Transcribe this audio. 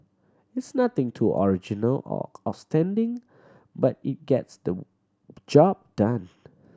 it's nothing too original or outstanding but it gets the job done